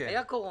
היה קורונה.